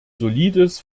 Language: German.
solides